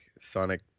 Sonic